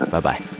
bye-bye